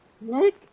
Nick